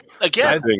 Again